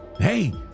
Hey